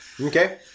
Okay